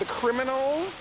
the criminals